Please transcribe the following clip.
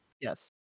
Yes